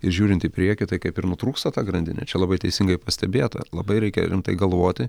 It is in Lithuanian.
ir žiūrint į priekį tai kaip ir nutrūksta ta grandinė čia labai teisingai pastebėta labai reikia rimtai galvoti